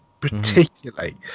particularly